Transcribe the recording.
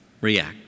react